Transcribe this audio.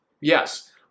Yes